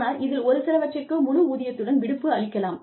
ஆனால் இதில் ஒரு சிலவற்றிற்கு முழு ஊதியத்துடன் விடுப்பு அளிக்கலாம்